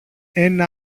ένα